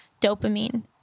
dopamine